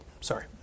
sorry